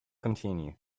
continue